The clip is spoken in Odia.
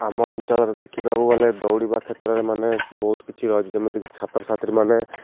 ଆମ ଅଞ୍ଚଳରେ ଦେଖିବାକୁ ଗଲେ ଦୌଡ଼ିବା କ୍ଷେତ୍ରରେ ମାନେ ବହୁତ କିଛି ରହିଛି ଯେମିତିକି ଛାତ୍ର ଛାତ୍ରୀମାନେ